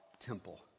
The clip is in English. temple